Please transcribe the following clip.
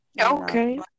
okay